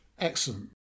excellent